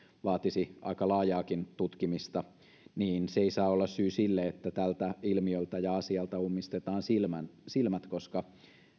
vaatisi aika laajaakin tutkimista se ei saa olla syy sille että tältä ilmiöltä ja asialta ummistetaan silmät silmät koska